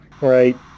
Right